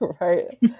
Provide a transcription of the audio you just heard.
right